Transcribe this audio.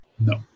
No